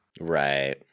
right